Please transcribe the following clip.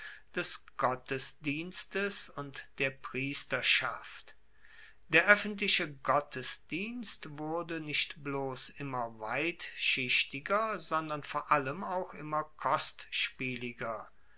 des gottesdienstes und der priesterschaft der oeffentliche gottesdienst wurde nicht bloss immer weitschichtiger sondern vor allem auch immer